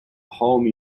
home